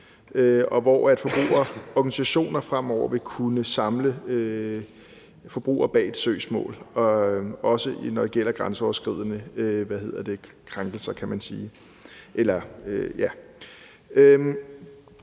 at forbrugerorganisationer fremover vil kunne samle forbrugere bag et søgsmål, også når det gælder grænseoverskridende krænkelser,